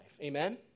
Amen